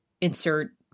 insert